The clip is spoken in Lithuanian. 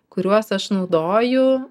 kuriuos aš naudoju